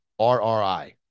RRI